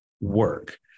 work